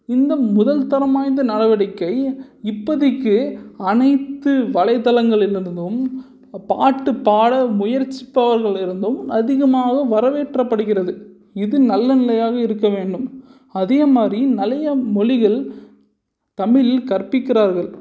இந்த முதல் தரம் வாய்ந்த நடவடிக்கை இப்போதிக்கு அனைத்து வலைத்தளங்களிருந்தும் பாட்டு பாட முயற்சிப்பவர்கள் இருந்தும் அதிகமாக வரவேற்றப்படுகிறது இது நல்ல நிலையாக இருக்க வேண்டும் அதே மாதிரி நிறையா மொழிகள் தமிழில் கற்பிக்கிறார்கள்